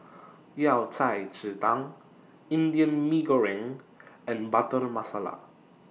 Yao Cai Ji Tang Indian Mee Goreng and Butter Masala